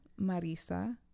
Marisa